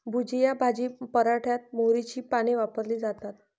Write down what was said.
भुजिया भाजी पराठ्यात मोहरीची पाने वापरली जातात